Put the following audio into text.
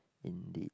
indeed